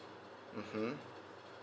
mmhmm